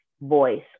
voice